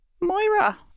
moira